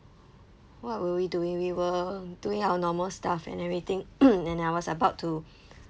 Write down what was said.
what were we doing we were doing our normal stuff and everything and I was about to